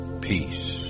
peace